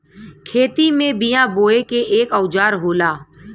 खेती में बिया बोये के एक औजार होला